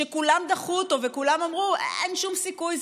שכולם דחו אותו וכולם אמרו: אין שום סיכוי,